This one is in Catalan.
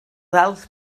alts